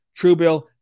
Truebill